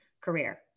career